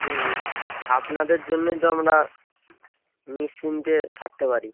হুম আপনাদের জন্যই তো আমরা নিশ্চিন্তে থাকতে পারি